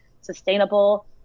sustainable